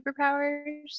superpowers